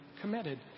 committed